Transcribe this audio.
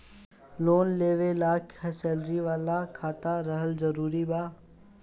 Loan लेवे ला salary वाला खाता रहल जरूरी बा?